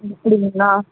அப்பிடிங்களா